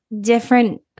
different